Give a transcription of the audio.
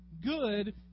good